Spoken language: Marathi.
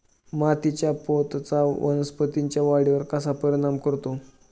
मातीच्या पोतचा वनस्पतींच्या वाढीवर कसा परिणाम करतो?